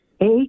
eight